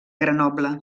grenoble